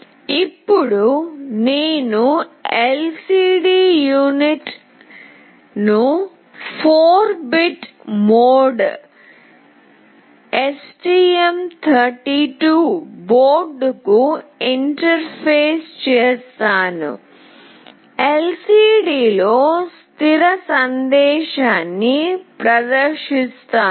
ఇప్పుడు నేను ఎల్సిడి యూనిట్ను 4 బిట్ మోడ్ STM 32 బోర్డ్కు ఇంటర్ఫేస్ చేస్తాను LCDలో స్థిర సందేశాన్ని ప్రదర్శిస్తాను